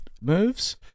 moves